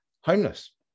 homeless